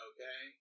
Okay